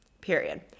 period